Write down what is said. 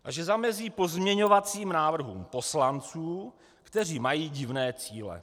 A že zamezí pozměňovacím návrhům poslanců, kteří mají divné cíle.